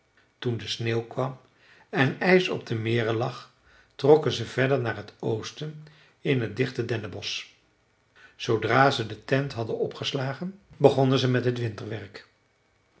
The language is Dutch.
toen de sneeuw kwam en ijs op de meren lag trokken ze verder naar het oosten in t dichte dennenbosch zoodra ze de tent hadden opgeslagen begonnen ze met het winterwerk